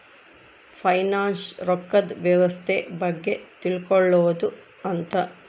finance ರೊಕ್ಕದ್ ವ್ಯವಸ್ತೆ ಬಗ್ಗೆ ತಿಳ್ಕೊಳೋದು ಅಂತ